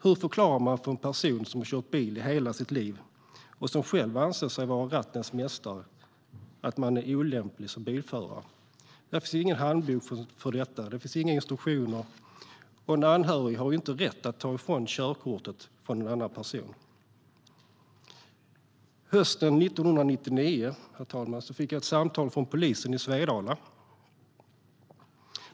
Hur förklarar man för en person som har kört bil i hela sitt liv och som själv anser sig vara rattens mästare att han är olämplig som bilförare? Det finns ingen handbok för detta. Det finns inga instruktioner. En anhörig har inte rätt att ta körkortet från en annan person. Herr talman! Hösten 1999 fick jag ett samtal från polisen i Svedala.